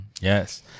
Yes